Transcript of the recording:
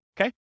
Okay